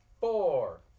four